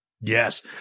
yes